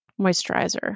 moisturizer